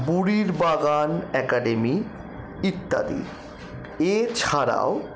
বুড়ির বাগান অ্যাকাডেমি ইত্যাদি এছাড়াও